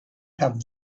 have